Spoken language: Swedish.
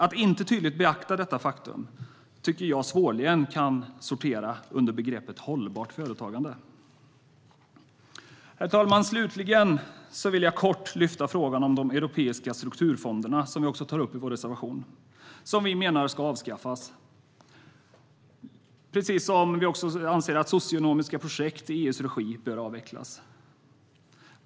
Att inte tydligt beakta detta faktum kan svårligen sortera under begreppet hållbart företagande. Herr talman! Slutligen vill jag kort lyfta frågan om de europeiska strukturfonderna som vi också tar upp i vår reservation. Vi menar att de ska avskaffas, precis som vi också anser att socioekonomiska projekt i EU:s regi bör avvecklas.